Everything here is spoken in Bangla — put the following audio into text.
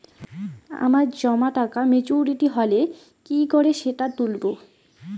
আমার জমা টাকা মেচুউরিটি হলে কি করে সেটা তুলব?